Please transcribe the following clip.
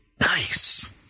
Nice